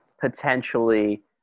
potentially